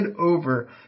over